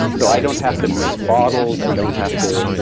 so i don't have to make bottles, i don't have to.